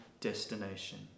destination